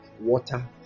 water